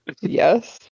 Yes